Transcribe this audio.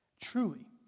Truly